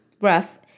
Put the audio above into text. rough